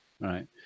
right